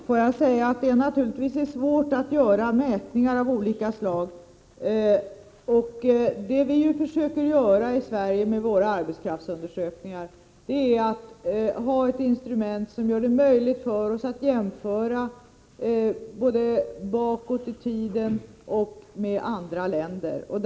Herr talman! Det är naturligtvis svårt att göra mätningar av olika slag. Det vi i Sverige vill med våra arbetskraftsundersökningar är att ha ett instrument som gör det möjligt för oss att göra jämförelser både med förhållandena bakåt i tiden och med förhållandena i andra länder.